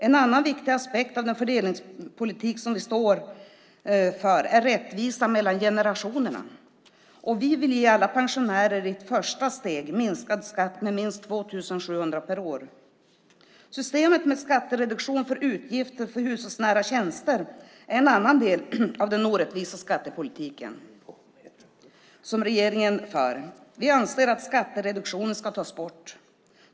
En annan viktig aspekt av den fördelningspolitik som vi står för är rättvisa mellan generationerna. Vi vill ge pensionärerna i ett första steg minskad skatt med minst 2 700 per år. Systemet med skattereduktion för utgifter för hushållsnära tjänster är en annan del av den orättvisa skattepolitik som regeringen för. Vi anser att skattereduktionen ska tas bort.